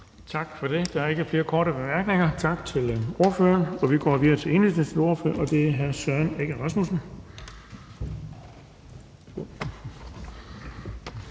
tak for det. Der er ikke nogen korte bemærkninger, så vi siger tak til ordføreren. Vi går videre til Enhedslistens ordfører, og det er hr. Søren Egge Rasmussen.